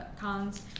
cons